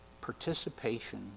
participation